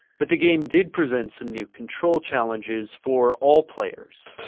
but the game did present some new control challenges for all players.